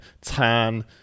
tan